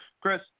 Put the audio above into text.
Chris